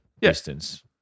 distance